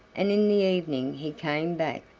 and in the evening he came back,